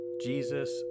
Jesus